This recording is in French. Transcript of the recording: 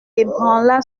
ébranla